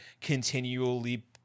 continually